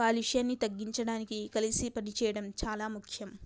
కాలుష్యాన్ని తగ్గించడానికి కలసి పనిచెయ్యడం చాలా ముఖ్యం